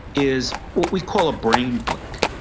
is what we call a brain blank.